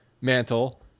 Mantle